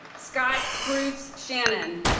scott bruce shannon